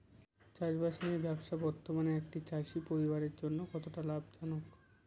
চাষবাষ নিয়ে ব্যবসা বর্তমানে একটি চাষী পরিবারের জন্য কতটা লাভজনক?